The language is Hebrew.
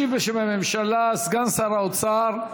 ישיב בשם הממשלה סגן שר האוצר,